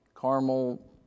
caramel